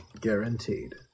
Guaranteed